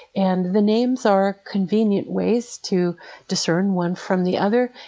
and the names are convenient ways to discern one from the other,